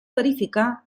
verificar